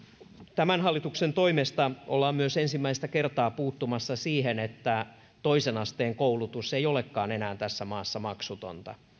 tämän hallituksen toimesta ollaan myös ensimmäistä kertaa puuttumassa siihen että toisen asteen koulutus ei olekaan enää tässä maassa maksutonta